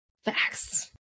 facts